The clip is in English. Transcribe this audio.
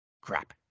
Crap